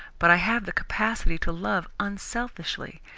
but i have the capacity to love unselfishly,